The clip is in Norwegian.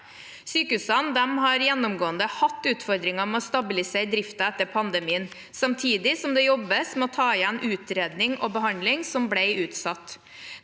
Sykehusene har gjennomgående hatt utfordringer med å stabilisere driften etter pandemien, samtidig som det jobbes med å ta igjen utredning og behandling som ble utsatt.